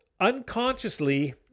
unconsciously